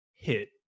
hit